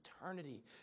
eternity